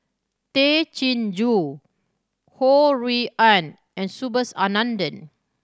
Tay Chin Joo Ho Rui An and Subhas Anandan